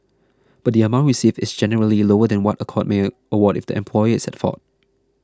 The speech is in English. but the amount received is generally lower than what a court may award if the employer is at fault